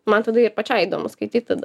man tada ir pačiai įdomu skaityt tada